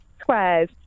squares